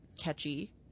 catchy